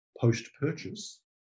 post-purchase